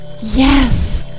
Yes